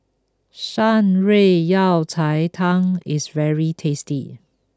Shan Rui Yao Cai Tang is very tasty